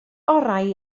orau